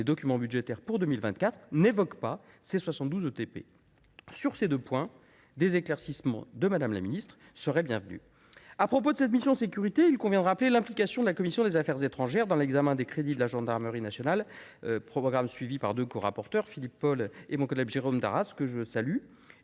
les documents budgétaires pour 2024 n’évoquent pas ces soixante douze ETP. Sur ces deux points, des éclaircissements de Mme la ministre seraient bienvenus ! À propos de cette mission « Sécurités », il convient de rappeler l’implication de la commission des affaires étrangères dans l’examen des crédits de la gendarmerie nationale. Ce programme est suivi par deux corapporteurs, Philippe Paul et Jérôme Darras, que je salue.